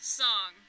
song